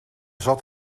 zat